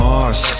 Mars